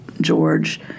George